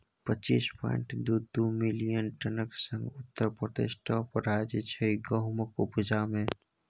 पच्चीस पांइट दु दु मिलियन टनक संग उत्तर प्रदेश टाँप राज्य छै गहुमक उपजा मे